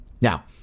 Now